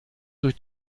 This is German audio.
durch